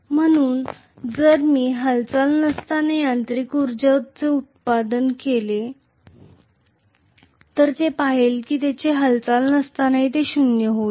म्हणून जर मी हालचाल नसताना यांत्रिक ऊर्जा उत्पादन किती आहे हे पाहिले तर हालचाली नसताना हे शून्य होईल